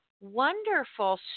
wonderful